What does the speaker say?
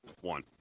one